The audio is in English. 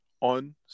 on